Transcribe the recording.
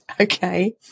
Okay